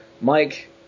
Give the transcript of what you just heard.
Mike